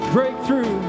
Breakthrough